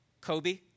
Kobe